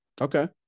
Okay